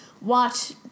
watch